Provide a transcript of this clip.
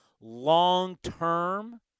long-term